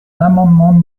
l’amendement